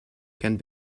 can